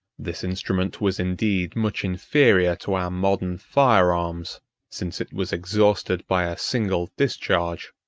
this instrument was indeed much inferior to our modern fire-arms since it was exhausted by a single discharge,